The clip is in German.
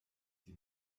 die